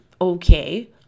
okay